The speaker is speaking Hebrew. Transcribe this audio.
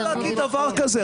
איך אתה יכול להגיד דבר כזה.